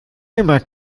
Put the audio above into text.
immer